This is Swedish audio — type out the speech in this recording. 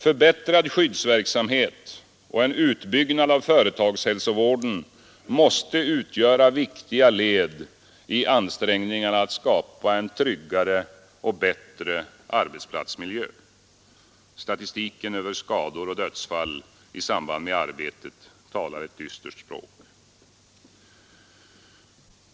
Förbättrad skyddsverksamhet och en utbyggnad av företagshälsovården måste utgöra viktiga led i ansträngningarna att skapa en tryggare och bättre arbetsplatsmiljö. Statistiken över skador och dödsfall i samband med arbetet talar ett dystert språk.